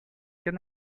can